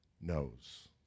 knows